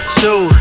two